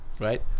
right